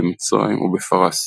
במצרים או בפרס.